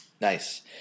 Nice